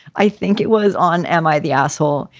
i think it was on am i the asshole?